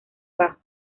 bajo